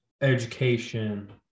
education